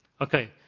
Okay